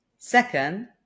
Second